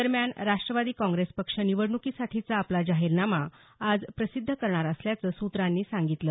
दरम्यान राष्ट्रवादी काँग्रेस पक्ष निवडणुकीसाठीचा आपला जाहीरनामा आज प्रसिद्ध करणार असल्याचं सूत्रांनी सांगितलं